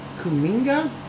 Kuminga